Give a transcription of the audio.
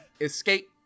escape